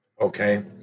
Okay